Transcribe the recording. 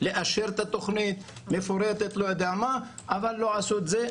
לאשר את התוכנית אבל לא עשו את זה.